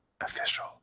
official